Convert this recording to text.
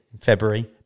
February